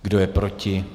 Kdo je proti?